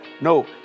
No